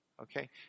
Okay